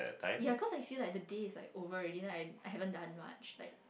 ya cause I see like the day is like over already but I haven't done much